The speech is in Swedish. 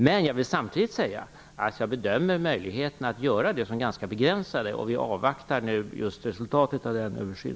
Samtidigt vill jag säga att jag bedömer möjligheterna att göra det som ganska begränsade. Vi avvaktar nu resultatet av översynen.